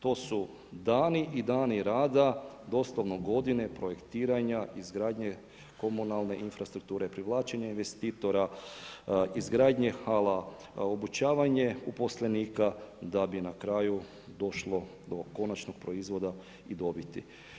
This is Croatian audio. To su dani i dani rada, doslovno godine projektiranja, izgradnje komunalne infrastrukture, privlačenje investitora, izgradnje hala, obučavanje uposlenika da bi na kraju došlo do konačnog proizvoda i dobiti.